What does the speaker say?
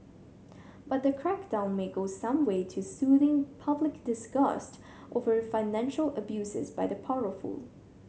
but the crackdown may go some way to soothing public disgust over financial abuses by the powerful